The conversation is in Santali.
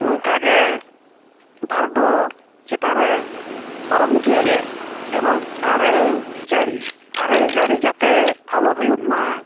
ᱱᱚᱝᱠᱟᱜᱮ ᱵᱷᱟᱨᱰᱩ ᱪᱮᱛᱟᱱ ᱨᱮ ᱯᱟᱨᱚᱢ ᱤᱫᱤᱭᱟᱞᱮ ᱮᱵᱚᱝ ᱟᱨᱮᱞ ᱡᱟᱹᱲᱤ ᱟᱨᱮᱞ ᱡᱟᱹᱲᱤ ᱡᱟᱛᱮ ᱟᱞᱚ ᱦᱩᱭᱩᱜ ᱢᱟ